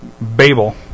Babel